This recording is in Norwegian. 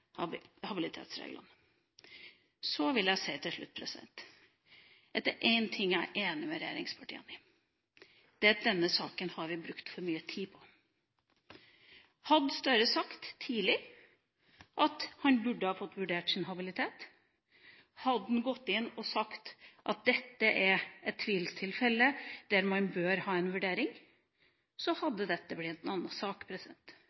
habilitetsreglene. Så vil jeg til slutt si at det er en ting jeg er enig med regjeringspartiene i, og det er at vi har brukt for mye tid på denne saken. Hadde Gahr Støre sagt tidlig at han burde ha fått vurdert sin habilitet, hadde han gått inn og sagt at dette var et tvilstilfelle der man burde ha en vurdering, hadde dette blitt en annen sak.